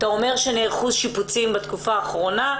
ואמרת שנערכו שיפוצים בתקופה האחרונה.